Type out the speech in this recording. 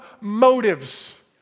motives